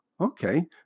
okay